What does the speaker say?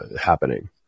happening